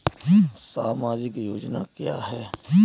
सामाजिक योजना क्या है?